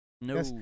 No